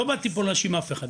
אני לא באתי פה להאשים אף אחד,